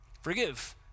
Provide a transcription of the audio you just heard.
Forgive